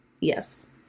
Yes